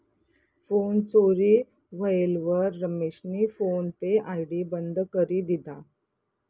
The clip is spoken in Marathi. फोन चोरी व्हयेलवर रमेशनी फोन पे आय.डी बंद करी दिधा